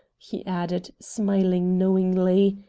he added, smiling knowingly,